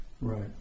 right